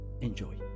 enjoy